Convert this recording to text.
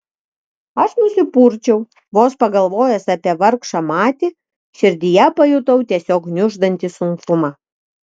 aš nusipurčiau vos pagalvojęs apie vargšą matį širdyje pajutau tiesiog gniuždantį sunkumą